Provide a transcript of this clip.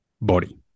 body